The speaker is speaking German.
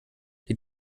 die